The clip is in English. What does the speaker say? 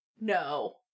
No